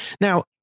Now